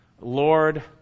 Lord